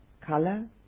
color